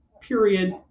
period